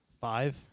Five